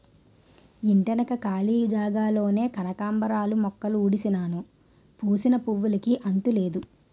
ఇంటెనక కాళీ జాగాలోన కనకాంబరాలు మొక్కలుడిసినాను పూసిన పువ్వులుకి అంతులేదు